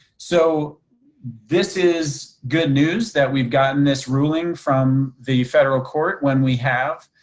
so this is good news that we've gotten this ruling from the federal court when we have.